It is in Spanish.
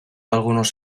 algunos